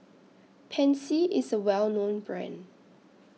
Pansy IS A Well known Brand